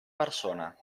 persona